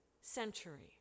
century